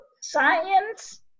science